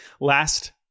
last